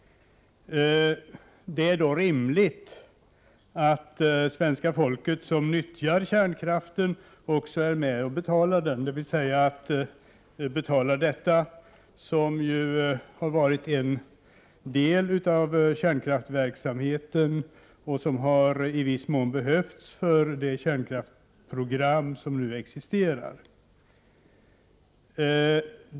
Det är rimligt att svenska folket som nyttjar kärnkraften också är med och betalar den, dvs. är med och betalar detta som har varit en del av kärnkraftsverksamheten och som i viss mån har behövts för det kärnkraftsprogram som nu existerar.